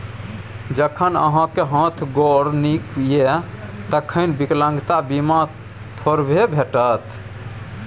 जखन अहाँक हाथ गोर नीक यै तखन विकलांगता बीमा थोड़बे भेटत?